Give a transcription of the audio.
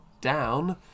down